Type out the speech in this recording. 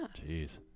Jeez